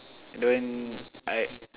don't I